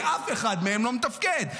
ואף אחד מהם לא מתפקד,